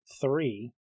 three